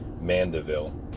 Mandeville